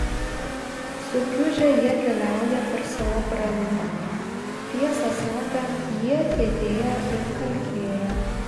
sukiužę jie keliauja per savo brandą tiesą sakant jie kietėja ir kalkėja